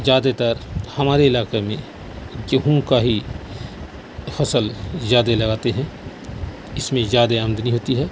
زیادہ تر ہمارے علاقے میں گیہوں کا ہی فصل زیادہ لگاتے ہیں اس میں زیادہ آمدنی ہوتی ہے